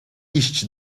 iść